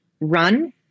run